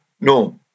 no